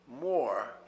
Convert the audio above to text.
more